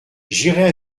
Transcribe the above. j’irai